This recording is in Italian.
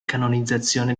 canonizzazione